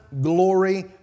glory